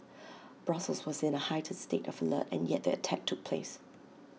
Brussels was in A heightened state of alert and yet the attack took place